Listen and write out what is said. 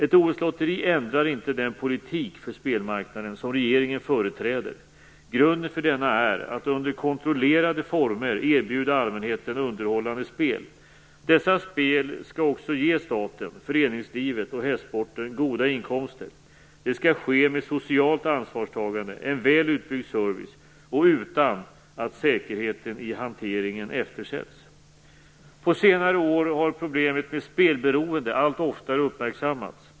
Ett OS-lotteri ändrar inte den politik för spelmarknaden som regeringen företräder. Grunden för denna är att under kontrollerade former erbjuda allmänheten underhållande spel. Detta spel skall också ge staten, föreningslivet och hästsporten goda inkomster. Det skall ske med socialt ansvarstagande, en väl utbyggd service och utan att säkerheten i hanteringen eftersätts. På senare år har problemet med spelberoende allt oftare uppmärksammats.